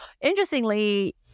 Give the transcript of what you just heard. Interestingly